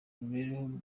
imibereho